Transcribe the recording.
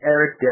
Eric